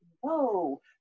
whoa